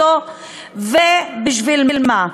ובשביל מה?